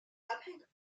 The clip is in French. fabrique